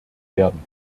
werden